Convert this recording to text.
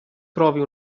trovi